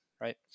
right